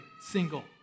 single